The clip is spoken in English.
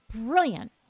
brilliant